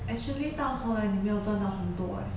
actually 到头来你没有赚到很多 eh